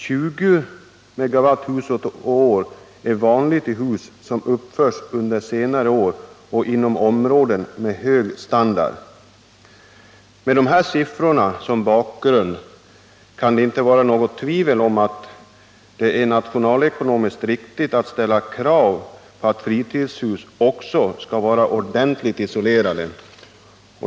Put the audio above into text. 20 MWh per hus och år är vanligt i hus som uppförts under senare år och inom områden Med de här siffrorna som bakgrund kan det inte vara något tvivel om att det är nationalekonomiskt riktigt att ställa krav på att också fritidshus skall vara ordentligt isolerade.